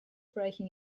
breaking